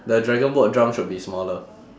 the dragon boat drum should be smaller